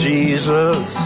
Jesus